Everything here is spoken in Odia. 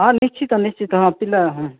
ହଁ ନିଶ୍ଚିତ ନିଶ୍ଚିତ ହଁ ପିଲା ହଁ